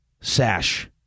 sash